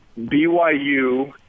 BYU –